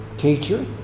Teacher